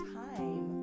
time